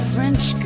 French